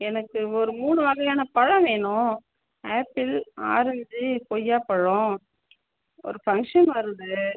எனக்கு ஒரு மூணு வகையான பழம் வேணும் ஆப்பிள் ஆரஞ்சு கொய்யாப்பழம் ஒரு ஃபங்க்ஷன் வருது